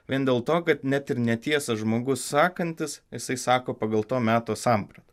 vien dėl to kad net ir netiesą žmogus sakantis jisai sako pagal to meto sampratą